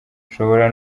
ushobora